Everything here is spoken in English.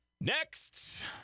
Next